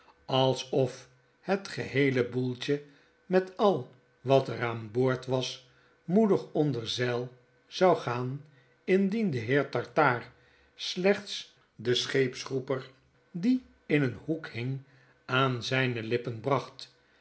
alsof het geheele boeltje met al wat er aan boord was moedig onder zeil zou gaan indien de heer tartaar slechts den scheepsroeper die in een hoek hing aan zijne lippen bracht